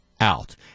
out